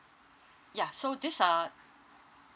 ya so these are